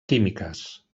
químiques